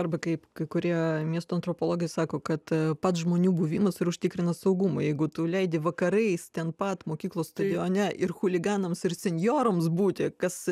arba kaip kai kurie miesto antropologai sako kad pats žmonių buvimas ir užtikrina saugumą jeigu tu leidi vakarais ten pat mokyklos stadione ir chuliganams ir senjorams būti kas